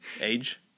Age